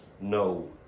no